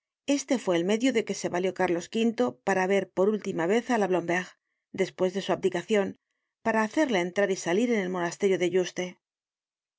este fue el medio de que se valió cárlos v para ver por última vez á la blomberg despues de su abdicacion para hacerla entrar y salir en el monasterio de yuste